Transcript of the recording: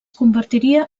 convertiria